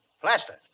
Plaster